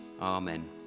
Amen